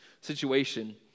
situation